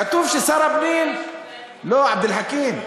כתוב ששר הפנים, לא, עבד אל חכים,